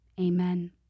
Amen